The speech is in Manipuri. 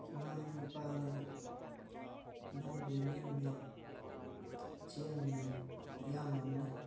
ꯏꯃꯥꯅꯦ ꯏꯄꯥꯅꯦ ꯏꯅꯥꯎꯄꯤ ꯑꯅꯤꯝꯅꯦ ꯏꯆꯦ ꯑꯝꯅꯦ ꯏꯌꯥꯝꯕ ꯑꯝꯅꯦ